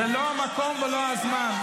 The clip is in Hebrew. זה לא המקום ולא הזמן.